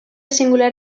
singular